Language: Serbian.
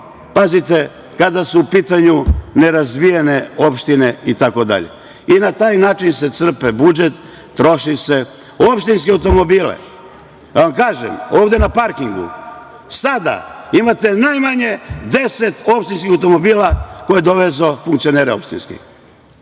Strogo kada su u pitanju nerazvijene opštine itd. Na taj način se crpi budžet, troši se. Opštinski automobili, da vam kažem, ovde na parkingu sada imate najmanje deset opštinskih automobila koji dovoze funkcionere opštinske,